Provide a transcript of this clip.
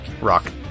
rock